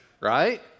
right